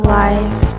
life